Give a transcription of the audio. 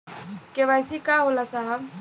KYC का होला साहब?